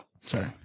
Sorry